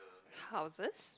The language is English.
houses